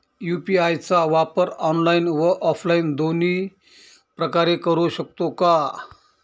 UPI चा वापर online व ऑफलाईन दोन्ही प्रकारे करु शकतो का?